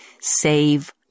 save